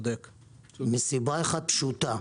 מסיבה אחת פשוטה.